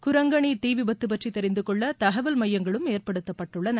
குரங்கனி தீ விபத்து பற்றி தெரிந்துகொள்ள தகவல் மையங்களும் ஏற்படுத்தப்பட்டுள்ளன